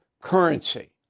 currency